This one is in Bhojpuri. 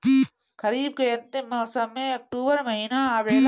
खरीफ़ के अंतिम मौसम में अक्टूबर महीना आवेला?